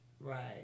Right